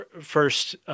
first